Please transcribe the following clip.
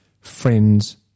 friends